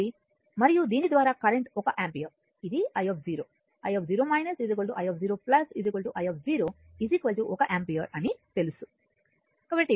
కాబట్టి మరియు దీని ద్వారా కరెంట్ ఒక యాంపియర్ ఇది i i i0 i 1 ampere అని తెలుసు